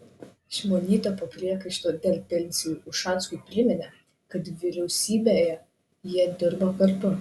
šimonytė po priekaištų dėl pensijų ušackui priminė kad vyriausybėje jie dirbo kartu